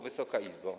Wysoka Izbo!